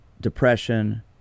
Depression